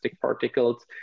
particles